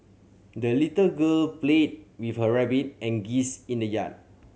the little girl played with her rabbit and geese in the yard